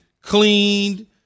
cleaned